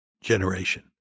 generation